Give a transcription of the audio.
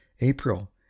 april